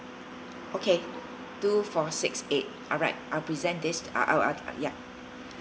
okay two four six eight alright I'll present this I'll I'll ya